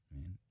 man